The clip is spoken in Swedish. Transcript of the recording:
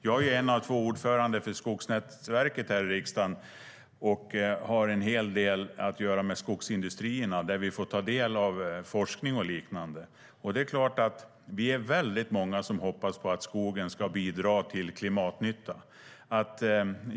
Jag är en av två ordförande för Skogsnätverket här i riksdagen och har en hel del att göra med skogsindustrierna, där vi får ta del av forskning och liknande. Vi är väldigt många som hoppas på att skogen ska bidra till klimatnytta.